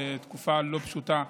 בתקופה לא פשוטה.